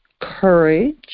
courage